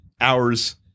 hours